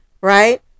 right